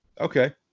Okay